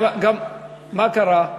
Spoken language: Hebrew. גם, מה קרה?